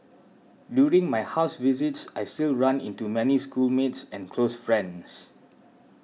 during my house visits I still run into many schoolmates and close friends